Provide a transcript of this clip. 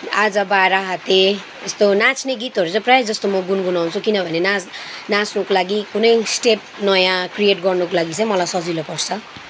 आज बाह्र हाते यस्तो नाच्ने गीतहरू चाहिँ प्रायः जस्तो गुनगुनाउँछु किनभने नाच नाच्नको लागि कुनै स्टेप नयाँ क्रिएट गर्नुको लागि चाहिँ मलाई सजिलो पर्छ